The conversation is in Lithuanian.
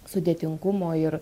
sudėtingumo ir